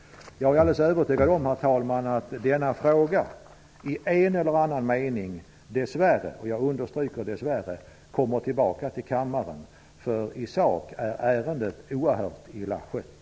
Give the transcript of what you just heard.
Jag är alldeles övertygad om att denna fråga i en eller annan mening dess värre -- och jag vill understryka detta -- kommer tillbaka till kammaren. I sak är ärendet oerhört illa skött.